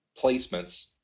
placements